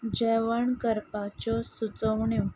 जेवण करपाच्यो सुचोवण्यो